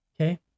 Okay